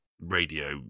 radio